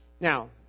Now